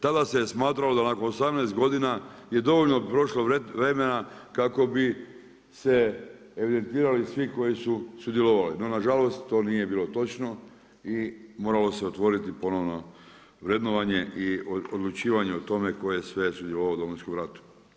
Tada se smatralo da nakon 18 godina je dovoljno prošlo vremena kako bi se evidentirali svi koji su sudjelovali, no nažalost to nije bilo točno i moralo se otvoriti ponovno vrednovanje i odlučivanje o tome tko je sve sudjelovao u Domovinskom ratu.